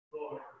Lord